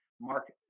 Mark